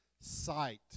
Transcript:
sight